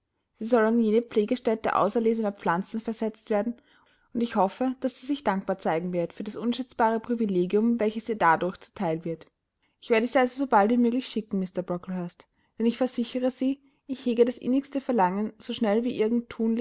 sie soll an jene pflegestätte auserlesener pflanzen versetzt werden und ich hoffe daß sie sich dankbar zeigen wird für das unschätzbare privilegium welches ihr dadurch zu teil wird ich werde sie also so bald wie möglich schicken mr brocklehurst denn ich versichere sie ich hege das innigste verlangen so schnell wie